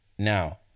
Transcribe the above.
Now